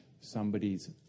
somebody's